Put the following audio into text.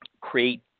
create